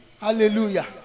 Hallelujah